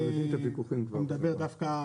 אני רוצה לדבר דווקא